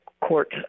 court